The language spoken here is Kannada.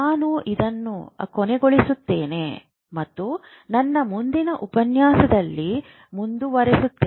ನಾನು ಇದನ್ನು ಕೊನೆಗೊಳಿಸುತ್ತೇನೆ ಮತ್ತು ನನ್ನ ಮುಂದಿನ ಉಪನ್ಯಾಸದಲ್ಲಿ ಮುಂದುವರಿಯುತ್ತೇನೆ